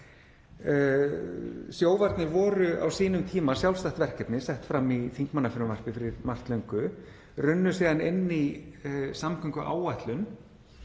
Sjóvarnir voru á sínum tíma sjálfstætt verkefni sett fram í þingmannafrumvarpi fyrir margt löngu og runnu síðan inn í samgönguáætlun.